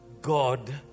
God